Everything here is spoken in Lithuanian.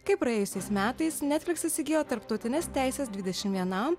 kai praėjusiais metais netfliks įsigijo tarptautines teises dvidešim vienam